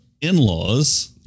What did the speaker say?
in-laws